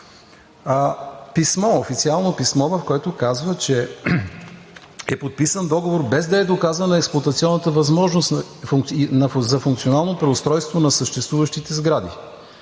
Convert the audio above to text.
официално писмо, в което казва, че е подписан договор, без да е доказана експлоатационната възможност за функционално преустройство на съществуващите сгради,